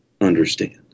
understand